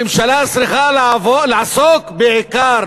ממשלה צריכה לעסוק בעיקר